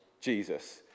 Jesus